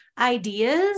ideas